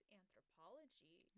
anthropology